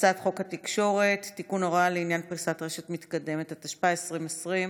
הצעת החוק עברה בקריאה הראשונה ותעבור לוועדת הכלכלה.